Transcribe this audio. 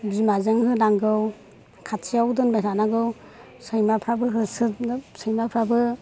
बिमाजों होनांगौ खाथियाव दोनबाय थानांगौ सैमाफ्राबो होसोयो सैमाफ्राबो